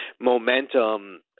momentum